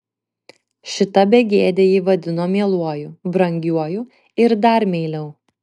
šita begėdė jį vadino mieluoju brangiuoju ir dar meiliau